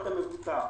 הוגן.